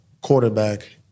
quarterback